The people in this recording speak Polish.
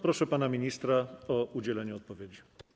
Proszę pana ministra o udzielenie odpowiedzi.